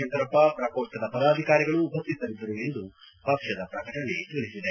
ಶಂಕರಪ್ಪ ಪ್ರಕೋಷ್ಠದ ಪದಾಧಿಕಾರಿಗಳು ಉಪಶ್ಠಿತರಿದ್ದರು ಎಂದು ಪಕ್ಷದ ಪ್ರಕಟಣೆ ತಿಳಿಸಿದೆ